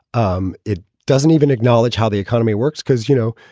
um it doesn't even acknowledge how the economy works because, you know,